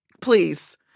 Please